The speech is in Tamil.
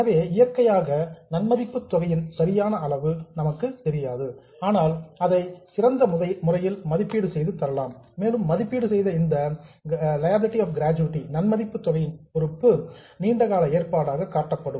எனவே நேச்சுரல்லி இயற்கையாக கிராஜுவிட்டி நன்மதிப்பு தொகையின் சரியான அளவு நமக்குத் தெரியாது ஆனால் நாம் அதை சிறந்த முறையில் மதிப்பீடு செய்து தரலாம் மேலும் மதிப்பீடு செய்த இந்த லியாபிலிடி ஆப் கிராஜுவிட்டி நன்மதிப்பு தொகையின் பொறுப்பு லாங் டெர்ம் புரோவிஷன்ஸ் நீண்டகால ஏற்பாடாக காட்டப்படும்